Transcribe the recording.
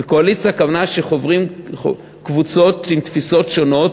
בקואליציה הכוונה שחוברות קבוצות עם תפיסות שונות,